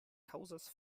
kaŭzas